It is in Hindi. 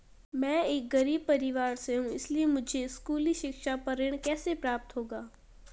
मैं एक गरीब परिवार से हूं इसलिए मुझे स्कूली शिक्षा पर ऋण कैसे प्राप्त होगा?